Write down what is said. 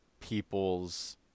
people's